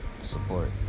support